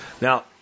Now